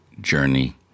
journey